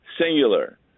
singular